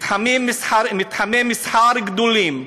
מתחמי מסחר גדולים,